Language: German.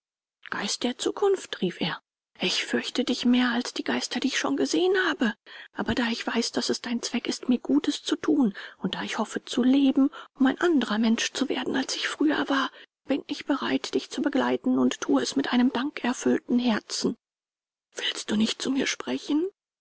geist der zukunft rief er ich fürchte dich mehr als die geister die ich schon gesehen habe aber da ich weiß daß es dein zweck ist mir gutes zu thun und da ich hoffe zu leben um ein anderer mensch zu werden als ich früher war bin ich bereit dich zu begleiten und thue es mit einem dankerfüllten herzen willst du nicht zu mir sprechen